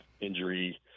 injury